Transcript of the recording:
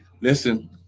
Listen